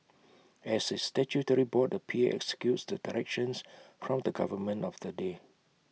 as A statutory board the P A executes the directions from the government of the day